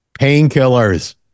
Painkillers